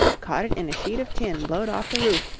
caught it in a sheet of tin blowed off the roof,